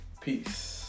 peace